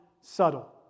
subtle